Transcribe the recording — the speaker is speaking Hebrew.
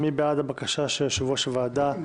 מי בעד הבקשה של יושב-ראש הוועדה,